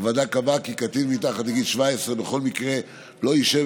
הוועדה קבעה כי קטין מתחת לגיל 17 בכל מקרה לא ישהה